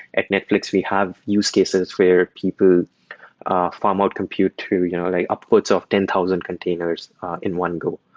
at netflix, we have use cases where people ah um ah compute to you know like upwards of ten thousand containers in one go.